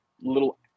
little